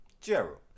Gerald